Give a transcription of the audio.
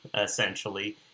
essentially